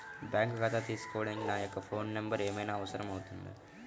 Bank ఖాతా తీసుకోవడానికి నా యొక్క ఫోన్ నెంబర్ ఏమైనా అవసరం అవుతుందా?